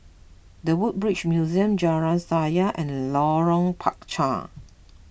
the Woodbridge Museum Jalan Sayang and Lorong Panchar